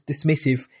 dismissive